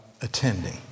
Attending